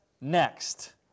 next